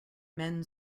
men